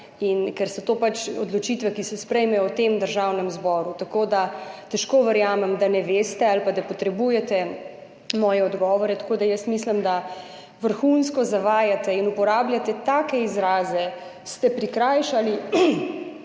ker so to pač odločitve, ki se sprejmejo v Državnem zboru, tako da težko verjamem, da ne veste ali pa da potrebujete moje odgovore. Tako da mislim, da vrhunsko zavajate. Uporabljate take izraze: ste prikrajšali